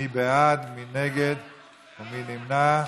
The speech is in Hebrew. מי בעד, מי נגד ומי נמנע?